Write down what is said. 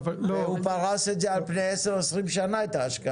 והוא פרס אתך זה על פני 10-20 שנה את ההשקעה הזאת.